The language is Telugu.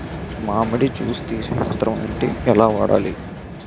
మామిడి జూస్ తీసే యంత్రం ఏంటి? ఎలా వాడాలి?